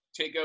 takeout